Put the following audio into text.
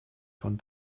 von